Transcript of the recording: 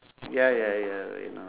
ya ya ya wait ah